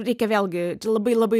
reikia vėlgi čia labai labai